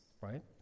right